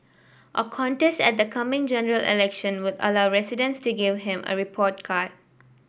a contest at the coming General Election would allow residents to give him a report card